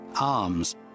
Arms